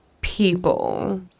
people